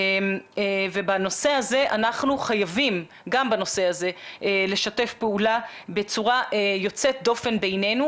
וגם בנושא הזה אנחנו חייבים לשתף פעולה בצורה יוצאת דופן בינינו,